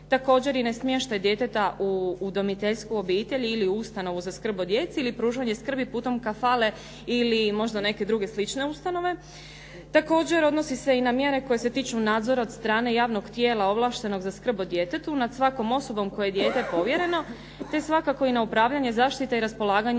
Također i na smještaj djeteta u udomiteljsku obitelj ili ustanovu za skrb od djeci ili pružanje skrbi putem … /Govornica se ne razumije./ … ili možda neke druge slične ustanove. Također, odnosi se i na mjere koje se tiču nadzora od strane javnog tijela ovlaštenog za skrb o djetetu nad svakom osobom kojoj je dijete povjereno te svakako i na upravljanje zaštite i raspolaganjem